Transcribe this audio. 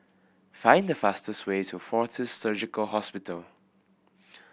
find the fastest way to Fortis Surgical Hospital